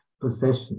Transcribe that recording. possession